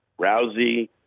Rousey